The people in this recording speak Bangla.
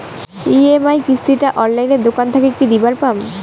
ই.এম.আই কিস্তি টা অনলাইনে দোকান থাকি কি দিবার পাম?